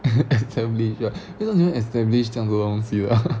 establish ah 为什么你们 establish 这样多东西的